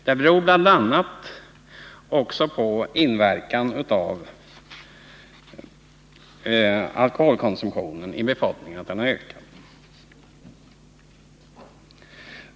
Det beror bl.a. på inverkan av en ökad alkoholkonsumtion i befolkningen.